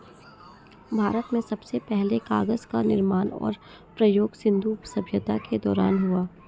भारत में सबसे पहले कागज़ का निर्माण और प्रयोग सिन्धु सभ्यता के दौरान हुआ